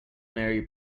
mary